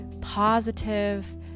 positive